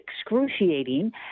excruciating